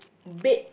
bake